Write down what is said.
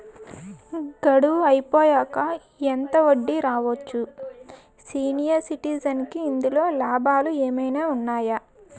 గడువు అయిపోయాక ఎంత వడ్డీ రావచ్చు? సీనియర్ సిటిజెన్ కి ఇందులో లాభాలు ఏమైనా ఉన్నాయా?